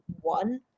one